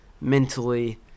mentally